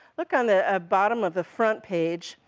look on the ah bottom of the front page,